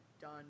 done